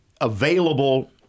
available –